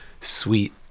sweet